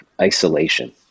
isolation